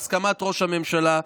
בהסכמת ראש הממשלה,